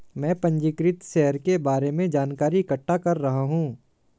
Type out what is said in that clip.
मैं पंजीकृत शेयर के बारे में जानकारी इकट्ठा कर रहा हूँ